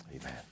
Amen